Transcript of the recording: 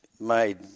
made